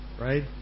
Right